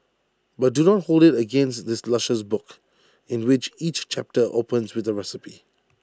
but do not hold IT against this luscious book in which each chapter opens with A recipe